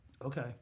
Okay